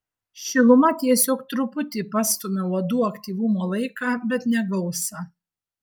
šiluma tiesiog truputį pastumia uodų aktyvumo laiką bet ne gausą